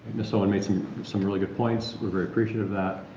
ms. owen made some some really good points. we're very appreciative of that.